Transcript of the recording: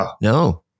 No